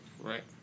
Right